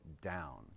down